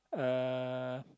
uh